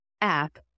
app